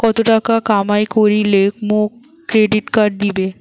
কত টাকা কামাই করিলে মোক ক্রেডিট কার্ড দিবে?